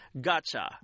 gotcha